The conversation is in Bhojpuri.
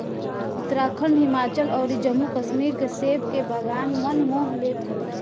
उत्तराखंड, हिमाचल अउरी जम्मू कश्मीर के सेब के बगान मन मोह लेत हवे